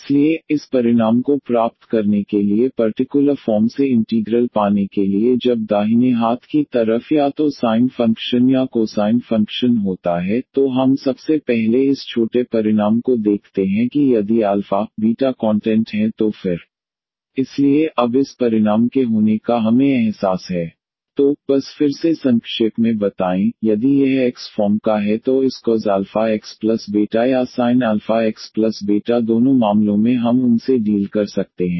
इसलिए इस परिणाम को प्राप्त करने के लिए पर्टिकुलर फॉर्म से इंटीग्रल पाने के लिए जब दाहिने हाथ की तरफ या तो पाप फंक्शन या cosine फंक्शन होता है तो हम सबसे पहले इस छोटे परिणाम को देखते हैं कि यदि alpha बीटा कॉन्टेंट हैं तो फिर D2sin αx 2sin αx And D2cos αx 2cos αx इसलिए एक बार हम यहां अप्लाई करते हैं D2sin αx 2sin αx D2cos αx 2cos αx D2sin αx 2sin αx Applying D2 1 इसलिए अब इस परिणाम के होने का हमें एहसास है D2sin αx 2sin αx Applying D2 1 sin αx 1 2sin αx IF 2≠0 1sin αx 1sin αx तो बस फिर से संक्षेप में बताएं यदि यह X फॉर्म का है तो इस cos αx या sinαx दोनों मामलों में हम उनसे डील कर सकते हैं